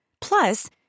Plus